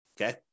Okay